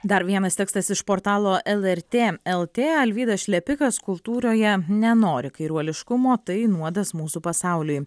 dar vienas tekstas iš portalo lrt lt alvydas šlepikas kultūroje nenori kairuoliškumo tai nuodas mūsų pasauliui